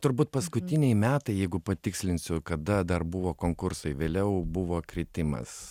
turbūt paskutiniai metai jeigu patikslinsiu kada dar buvo konkursai vėliau buvo kritimas